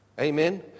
Amen